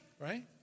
right